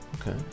Okay